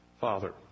father